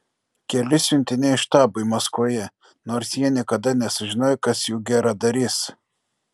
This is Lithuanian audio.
keli siuntiniai štabui maskvoje nors jie niekada nesužinojo kas jų geradarys